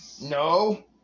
No